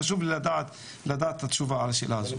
חשוב לי לדעת את התשובה על השאלה הזאת.